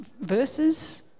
verses